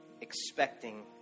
expecting